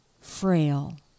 frail